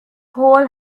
hole